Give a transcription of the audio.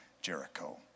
Jericho